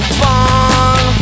fun